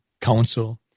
counsel